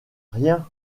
rien